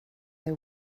they